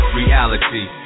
reality